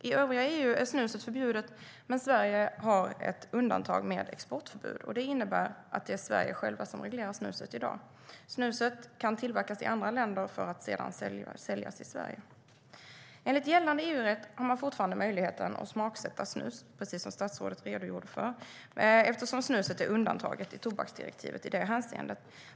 I övriga EU är snuset förbjudet, men Sverige har ett undantag med exportförbud, och det innebär att det är Sverige självt som reglerar snuset i dag. Snuset kan tillverkas i andra länder för att sedan säljas i Sverige.Enligt gällande EU-rätt har man fortfarande möjlighet att smaksätta snus, precis som statsrådet redogjorde för, eftersom snuset är undantaget i tobaksdirektivet i det hänseendet.